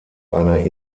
einer